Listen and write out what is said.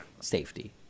Safety